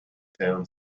town